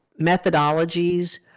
methodologies